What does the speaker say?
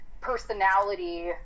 personality